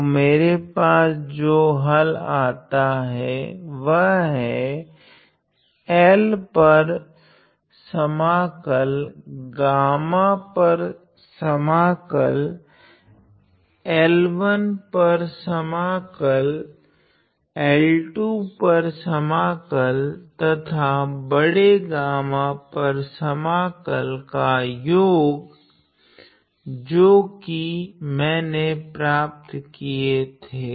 तो मेरे पास जो हल आता हैं वह है L पर समाकल गामा पर समाकल L1 पर समाकल L2 पर समाकल तथा बड़े गामा पर समाकल का योग जो कि मेने प्राप्त किए थे